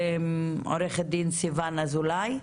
עו"ד סיון אזולאי,